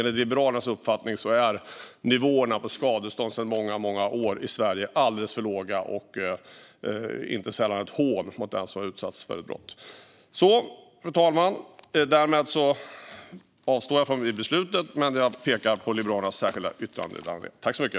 Liberalernas uppfattning är dock att nivåerna på skadestånd är sedan många år tillbaka alldeles för låga i Sverige. Inte sällan känns det som ett hån mot dem som har utsatts för ett brott. Fru talman! Liberalerna avstår från att delta i beslutet, men jag vill peka på vårt särskilda yttrande.